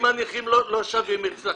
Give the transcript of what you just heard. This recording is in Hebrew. אם הנכים לא שווים אצלכם,